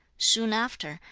soon after,